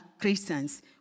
Christians